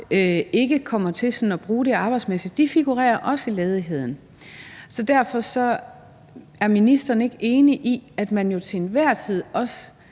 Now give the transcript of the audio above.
ikke kommer til sådan at bruge det arbejdsmæssigt. De figurerer også i ledigheden. Så er ministeren ikke enig i, at man til enhver tid også